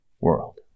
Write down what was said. world